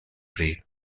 pri